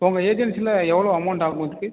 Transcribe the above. உங்கள் ஏஜென்சியில் எவ்வளோ அமௌண்ட்டு ஆகும் இதுக்கு